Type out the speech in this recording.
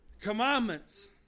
commandments